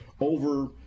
over